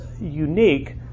unique